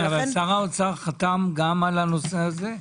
שר האוצר הקודם חתם גם על הנושא הזה.